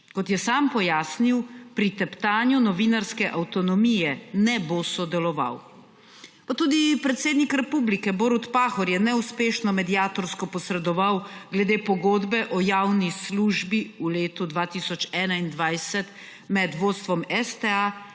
Kot je sam pojasnil, pri teptanju novinarske avtonomije ne bo sodeloval. Pa tudi predsednik republike, Borut Pahor, je neuspešno mediatorsko posredoval glede pogodbe o javni službi v letu 2021 med vodstvom STA